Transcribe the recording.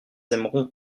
aimeront